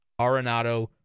Arenado